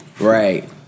Right